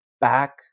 back